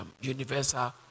universal